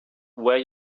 where